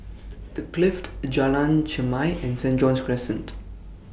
The Clift Jalan Chermai and Saint John's Crescent